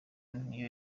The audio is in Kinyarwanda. niyo